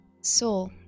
soul